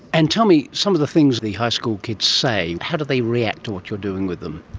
and tell me some of the things the high school kids say, how do they react to what you're doing with them?